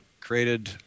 created